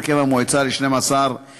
את הרכב המועצה ל-12 חברים.